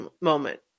moment